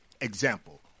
Example